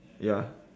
ya